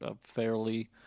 fairly